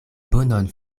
bonon